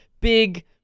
big